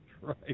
right